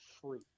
free